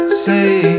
say